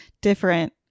different